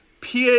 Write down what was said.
PA